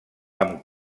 amb